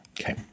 Okay